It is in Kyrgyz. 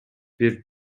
бир